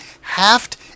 halved